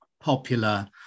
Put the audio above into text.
popular